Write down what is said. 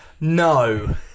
No